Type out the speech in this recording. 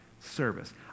service